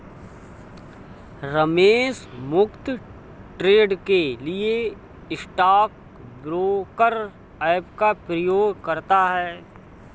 रमेश मुफ्त ट्रेड के लिए स्टॉक ब्रोकर ऐप का उपयोग करता है